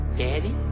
Daddy